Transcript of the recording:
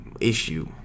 issue